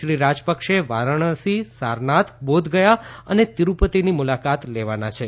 શ્રી રાજપક્ષે વારાણસી સારનાથ બોધગયા અને તિરુપતિની મુલાકાત લેવાના છે